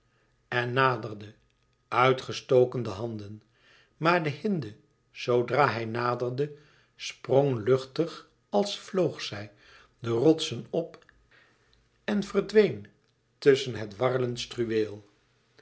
en naderde uit gestoken de handen maar de hinde zoodra hij naderde sprong luchtig als vloog zij de rotsen op en verdween tusschen het warrelend struweel